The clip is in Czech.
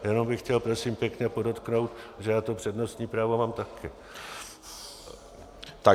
Jenom bych chtěl, prosím pěkně, podotknout, že já to přednostní právo mám také.